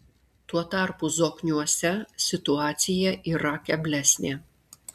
tuo tarpu zokniuose situacija yra keblesnė